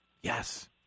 Yes